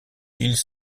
ils